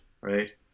Right